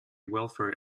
welfare